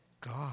God